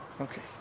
Okay